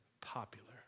popular